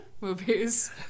movies